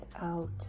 out